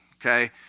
okay